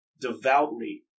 devoutly